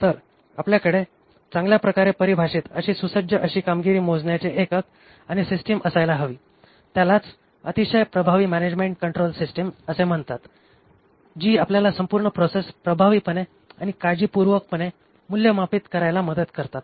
तर आपल्याकडे चांगल्या प्रकारे परिभाषित आणि सुसज्ज अशी कामगिरी मोजण्याचे एकक आणि सिस्टीम असायला हवी त्यालाच अतिशय प्रभावी मॅनेजमेंट कंट्रोल सिस्टिम असे म्हणतात जी आपल्याला संपूर्ण प्रोसेस प्रभावीपणे आणि काळजीपूर्वकपणे मूल्यमापित करायला मदत करतात